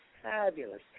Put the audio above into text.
Fabulous